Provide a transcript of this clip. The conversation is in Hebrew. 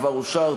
כבר אושר,